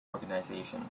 organization